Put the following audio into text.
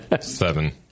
seven